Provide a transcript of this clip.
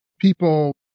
people